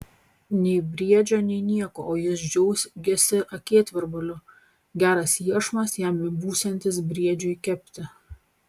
nei briedžio nei nieko o jis džiaugiasi akėtvirbaliu geras iešmas jam būsiantis briedžiui kepti